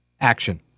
action